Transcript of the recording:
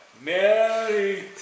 Merry